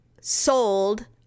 sold